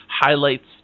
highlights